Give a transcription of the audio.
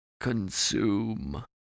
Consume